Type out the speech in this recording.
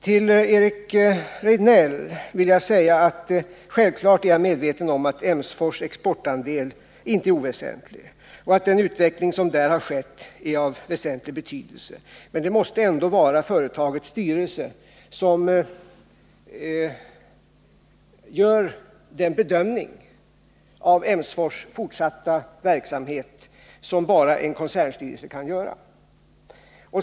Till Eric Rejdnell vill jag säga att jag självfallet är medveten om att Emsfors exportandel inte är oväsentlig och att den utveckling som där har skett är av stor betydelse. Men det måste ändå vara företagets styrelse som gör den bedömning av Emsfors fortsatta verksamhet som bara en koncernstyrelse kan göra.